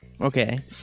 Okay